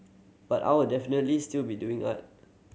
but I'll definitely still be doing art